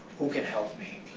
who can help me?